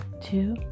two